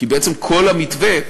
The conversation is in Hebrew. כי בעצם כל המתווה,